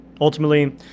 Ultimately